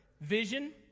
vision